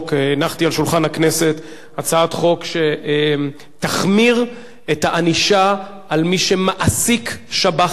הנחתי על שולחן הכנסת הצעת חוק שתחמיר את הענישה על מי שמעסיק שב"חים,